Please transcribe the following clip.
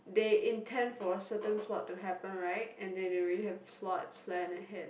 they intend for a certain plot to happen right and they they already have plot plan ahead